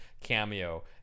cameo